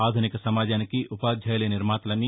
ఆధునిక సమాజానికి ఉపాధ్యాయులే నిర్మాతలని